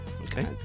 Okay